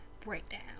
breakdown